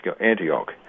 Antioch